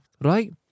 Right